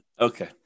Okay